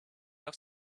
have